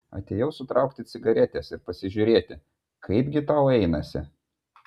atėjau sutraukti cigaretės ir pasižiūrėti kaipgi tau einasi